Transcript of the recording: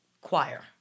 choir